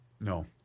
No